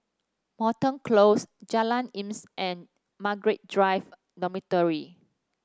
Moreton Close Jalan Isnin and Margaret Drive Dormitory